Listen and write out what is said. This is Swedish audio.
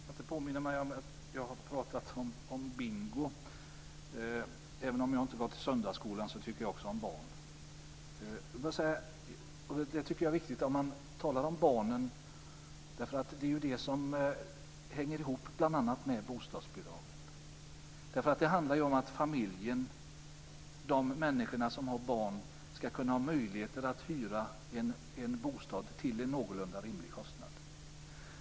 Fru talman! Jag kan inte påminna mig om att jag har pratat om bingo. Även om jag inte har gått i söndagsskolan tycker jag också om barn. Barnen hänger ju ihop bl.a. med bostadsbidragen. Det handlar ju om att de människor som har barn ska ha möjligheter att hyra en bostad till en någorlunda rimlig kostnad.